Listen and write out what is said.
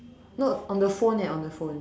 no on the phone eh on the phone